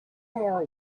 more